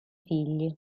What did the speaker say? figli